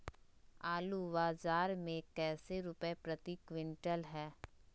आलू बाजार मे कैसे रुपए प्रति क्विंटल है?